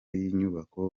y’inyubako